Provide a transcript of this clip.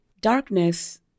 darkness